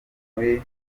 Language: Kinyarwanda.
muri